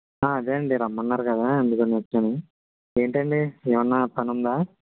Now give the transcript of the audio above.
అదే అండి రమ్మన్నారు గదా అందుకని వచ్చాను ఏంటండి ఏమైన్నా పనుందా